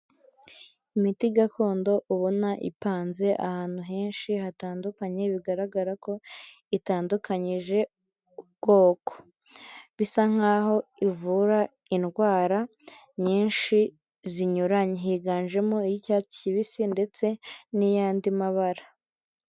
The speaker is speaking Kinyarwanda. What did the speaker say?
Imiti gakondo ubona ipanze ahantu henshi hatandukanye bigaragara ko itandukanyije ubwoko, bisa nkaho ivura indwara nyinshi zinyuranye higanjemo iy'icyatsi kibisi ndetse n'iyandi mabara.